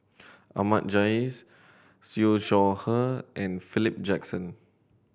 Ahmad Jais Siew Shaw Her and Philip Jackson